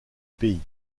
pays